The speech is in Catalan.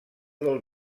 del